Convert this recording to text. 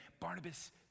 Barnabas